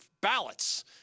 ballots